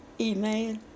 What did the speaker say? email